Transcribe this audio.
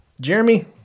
Jeremy